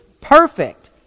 perfect